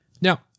Now